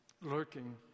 lurking